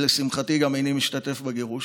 ולשמחתי גם איני משתתף בגירוש.